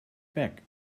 back